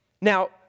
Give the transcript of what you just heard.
Now